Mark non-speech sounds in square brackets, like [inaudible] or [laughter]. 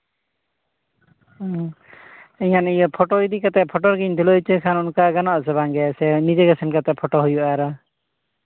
ᱤᱧᱟᱹᱜ ᱱᱤᱭᱟᱹ ᱯᱷᱳᱴᱳ ᱤᱫᱤ ᱠᱟᱛᱮ ᱯᱷᱳᱴᱳ ᱜᱤᱧ [unintelligible] ᱦᱚᱪᱚᱭ ᱠᱷᱟᱱ ᱚᱱᱠᱟ ᱜᱟᱱᱚᱜ ᱟᱥᱮ ᱵᱟᱝᱜᱮ ᱥᱮ ᱱᱤᱡᱮᱜᱮ ᱥᱮᱱ ᱠᱟᱛᱮ ᱯᱷᱳᱴᱳ ᱦᱩᱭᱩᱜᱼᱟ ᱟᱨᱚ